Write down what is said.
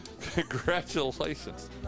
Congratulations